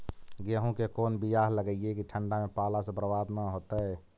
गेहूं के कोन बियाह लगइयै कि ठंडा में पाला से बरबाद न होतै?